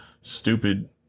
stupid